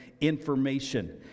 information